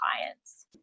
clients